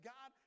God